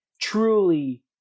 truly